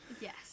Yes